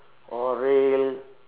or rail